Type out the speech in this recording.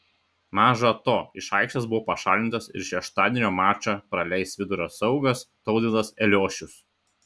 maža to iš aikštės buvo pašalintas ir šeštadienio mačą praleis vidurio saugas tautvydas eliošius